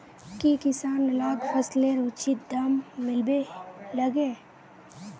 की किसान लाक फसलेर उचित दाम मिलबे लगे?